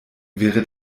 wäre